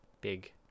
big